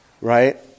Right